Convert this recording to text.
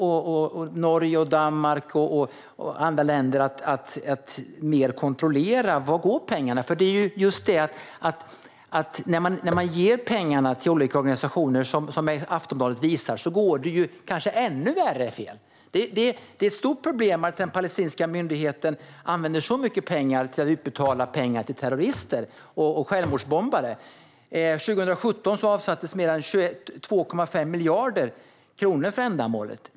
Norge, Danmark och andra länder har mer och mer börjat kontrollera vart pengarna går. När man ger pengarna till olika organisationer går det, som Aftonbladet visar, kanske ännu mer fel och blir ännu värre. Det är ett stort problem att den palestinska myndigheten använder så mycket pengar till att betala terrorister och självmordsbombare. År 2017 avsattes mer än 22,5 miljarder kronor för ändamålet.